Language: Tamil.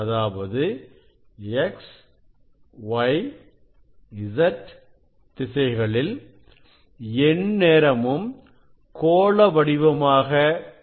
அதாவது X Y Z திசைகளில் எந்நேரமும் கோள வடிவமாக இருக்கிறது